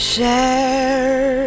Share